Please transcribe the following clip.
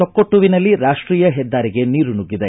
ತೊಕ್ಕೊಟ್ಟುವಿನಲ್ಲಿ ರಾಷ್ಷೀಯ ಹೆದ್ದಾರಿಗೆ ನೀರು ನುಗ್ಗಿದೆ